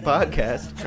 Podcast